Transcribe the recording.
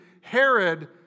Herod